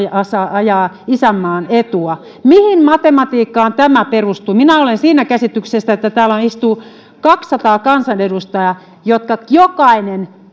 ajavat isänmaan etua mihin matematiikkaan tämä perustuu minä olen siinä käsityksessä että täällä istuu kaksisataa kansanedustajaa joista jokainen